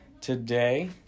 today